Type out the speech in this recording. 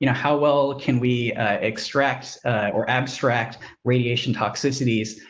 you know how well can we extract or abstract radiation toxicities